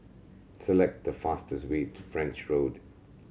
select the fastest way to French Road